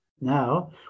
Now